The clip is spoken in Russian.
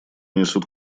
несут